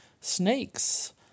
snakes